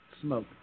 Smoke